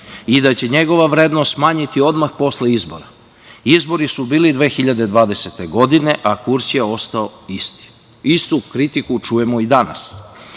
i da će se njegova vrednost smanjiti odmah posle izbora. Izbori su bili 2020. godine, a kurs je ostao istu. Istu kritiku čujemo i danas. Da